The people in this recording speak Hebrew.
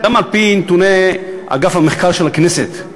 גם על-פי נתוני מרכז המידע והמחקר של הכנסת,